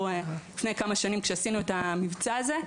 לפני כמה שנים כשעשינו את המבצע הזה,